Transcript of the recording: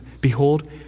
Behold